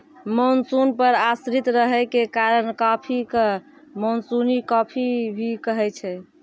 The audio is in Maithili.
मानसून पर आश्रित रहै के कारण कॉफी कॅ मानसूनी कॉफी भी कहै छै